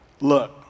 look